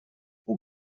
pół